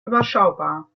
überschaubar